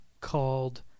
called